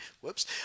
Whoops